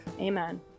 Amen